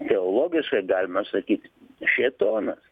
teologiškai galima sakyt šėtonas